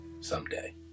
someday